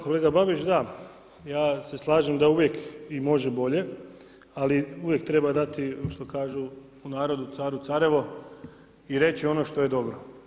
Kolega Babić, da, ja se slažem da uvijek i može bolje, ali uvijek treba dati što kažu u narodu caru carevo i reći ono što je dobro.